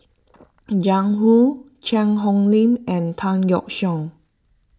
Jiang Hu Cheang Hong Lim and Tan Yeok Seong